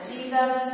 Jesus